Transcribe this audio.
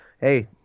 hey